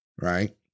right